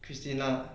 christina